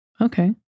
Okay